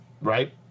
right